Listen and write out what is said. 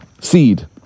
seed